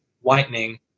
whitening